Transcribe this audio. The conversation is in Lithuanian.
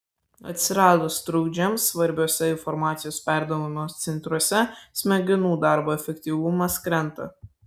atsiradus trukdžiams svarbiuose informacijos perdavimo centruose smegenų darbo efektyvumas krenta